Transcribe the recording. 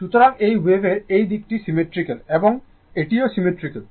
সুতরাং এই ওয়েভের এই দিকটি সিমেট্রিক্যাল এবং এটিও সিমেট্রিক্যাল